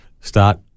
start